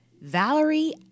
Valerie